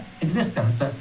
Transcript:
existence